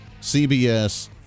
CBS